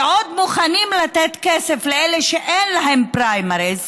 ועוד מוכנים לתת כסף לאלה שאין להם פריימריז